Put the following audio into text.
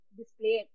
display